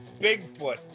Bigfoot